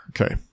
okay